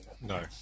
No